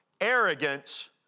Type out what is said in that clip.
arrogance